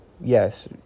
yes